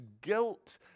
guilt